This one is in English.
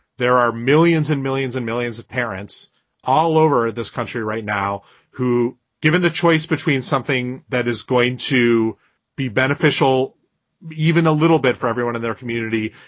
there are millions and millions and millions of parents all over this country right now who given the choice between something that is going to be beneficial even a little bit for everyone in their community,